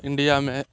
India में